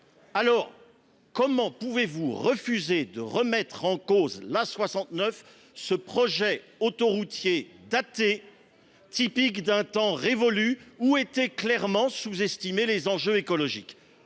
Alors, comment pouvez vous refuser de remettre en cause l’A69, ce projet autoroutier daté, typique d’un temps révolu où étaient clairement sous estimés les enjeux écologiques ?